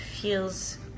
feels